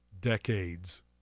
decades